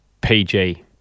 PG